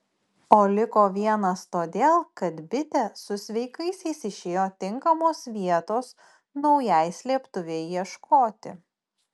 o liko vienas todėl kad bitė su sveikaisiais išėjo tinkamos vietos naujai slėptuvei ieškoti